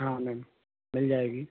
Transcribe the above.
हाँ मैम मिल जाएगी